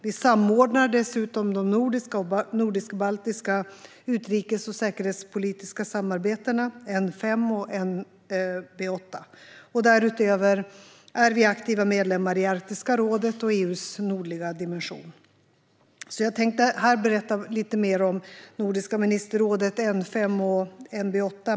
Vi samordnar dessutom de nordiska och nordisk-baltiska utrikes och säkerhetspolitiska samarbetena, N5 och NB8. Därutöver är vi aktiva medlemmar i Arktiska rådet och EU:s nordliga dimension. Jag tänkte berätta lite mer om Nordiska ministerrådet, N5 och NB8.